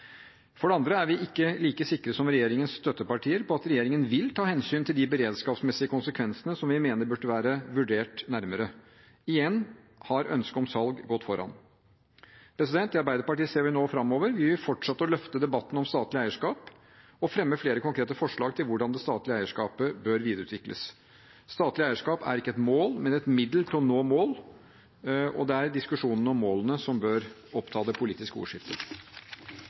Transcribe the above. For det andre er vi ikke like sikre som regjeringens støttepartier på at regjeringen vil ta hensyn til de beredskapsmessige konsekvensene, som vi mener burde vært vurdert nærmere. Igjen har ønsket om salg gått foran. I Arbeiderpartiet ser vi nå fremover. Vi vil fortsette å løfte debatten om statlig eierskap og fremme flere konkrete forslag til hvordan det statlige eierskapet bør videreutvikles. Statlig eierskap er ikke et mål, men et middel til å nå mål. Det er diskusjonen om målene som bør oppta det politiske ordskiftet.